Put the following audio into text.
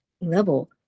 level